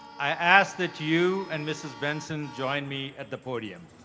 i ask that you and mrs. benson join me at the podium.